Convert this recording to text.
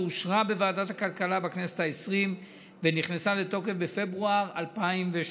שאושרה בוועדת הכלכלה בכנסת ה-20 ונכנסה לתוקף בפברואר 2018,